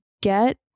get